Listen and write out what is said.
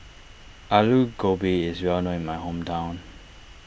Aloo Gobi is well known in my hometown